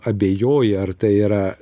abejoji ar tai yra